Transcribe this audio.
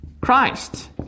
Christ